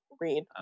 read